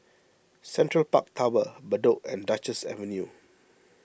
Central Park Tower Bedok and Duchess Avenue